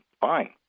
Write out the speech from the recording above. fine